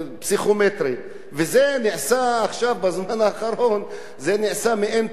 זה נעשה עכשיו בזמן האחרון מעין תעשייה של כסף,